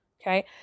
Okay